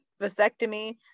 Vasectomy